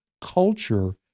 culture